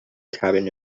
cabin